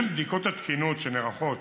בדיקות התקינות שנערכות